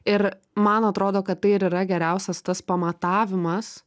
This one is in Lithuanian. ir man atrodo kad tai ir yra geriausias tas pamatavimas